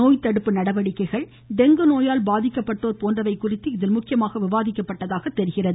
நோய் தடுப்பு நடவடிக்கைகள் டெங்கு நோயால் பாதிக்கப்பட்டோர் போன்றவைகுறித்து இதில் முக்கியமாக விவாதிக்கப்பட்டதாக தெரிகிறது